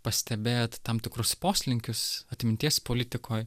pastebėt tam tikrus poslinkius atminties politikoj